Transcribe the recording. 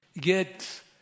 get